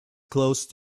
close